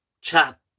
chat